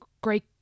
great